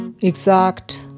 exact